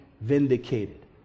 vindicated